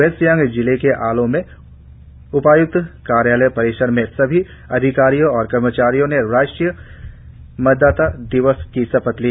waste Siang जिले के आलो में उपाय्क्त कार्यालय परिसर में सभी अधिकारियों और कर्मचारियों ने राष्ट्रीय मतदाता दिवस की शपथ ली